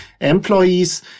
employees